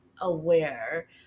aware